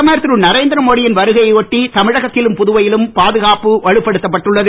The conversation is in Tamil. பிரதமர் திருதரேந்திர மோடி யின் வருகையை ஒட்டி தமிழகத்திலும் புதுவையிலும் பாதுகாப்பு வலுப்படுத்தப் பட்டுள்ளது